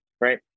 right